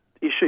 issue